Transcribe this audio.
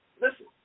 listen